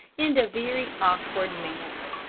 in a very awkward manner.